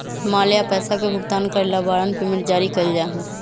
माल या पैसा के भुगतान करे ला वारंट पेमेंट जारी कइल जा हई